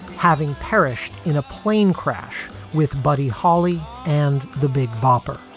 having perished in a plane crash with buddy holly and the big bopper.